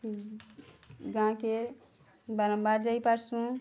ଗାଁ କେ ବାର୍ମ୍ୱାର୍ ଯାଇପାର୍ସୁଁ